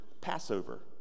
Passover